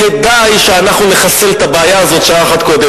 כדאי שאנחנו נחסל את הבעיה הזאת שעה אחת קודם.